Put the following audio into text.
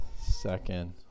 second